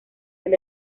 del